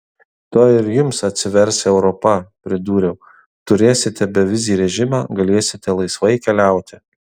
tuoj ir jums atsivers europa pridūriau turėsite bevizį režimą galėsite laisvai keliauti